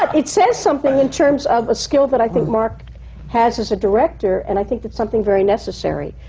it says something, in terms of a skill that i think mark has as a director, and i think it's something very necessary,